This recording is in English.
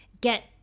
get